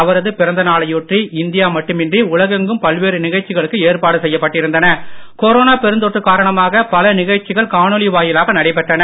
அவரது பிறந்த நாளையொட்டி இந்தியா மட்டுமின்றி உலகெங்கும் பல்வேறு நிகழ்ச்சிகளுக்கு ஏற்பாடு பெருந்தொற்று காரணமாக பல நிகழ்ச்சிகள் காணொளி வாயிலாக நடைபெற்றன